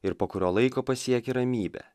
ir po kurio laiko pasieki ramybę